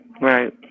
Right